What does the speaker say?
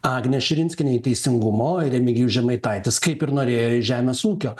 agnė širinskienė į teisingumo ir remigijus žemaitaitis kaip ir norėjo į žemės ūkio